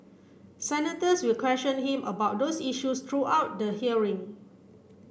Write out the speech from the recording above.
senators will question him about those issues throughout the hearing